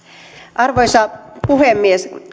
arvoisa puhemies